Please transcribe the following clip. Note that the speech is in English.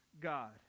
God